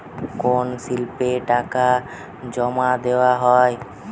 কোন স্লিপে টাকা জমাদেওয়া হয়?